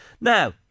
Now